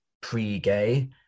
pre-gay